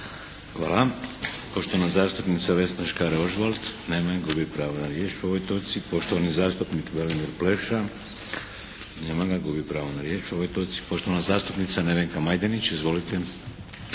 Hvala. Poštovana zastupnica Vesna Škare Ožbolt. Nema je. Gubi pravo na riječ po ovoj točci. Poštovani zastupnik Vladimir Pleša. Nema ga. Gubi pravo na riječ o ovoj točci. Poštovana zastupnica Nevenka Majdenić. Izvolite.